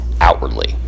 outwardly